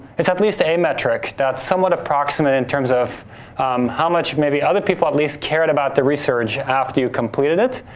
it's at least a metric that's somewhat approximate in terms of how much maybe other people at least cared about the research after you've completed it.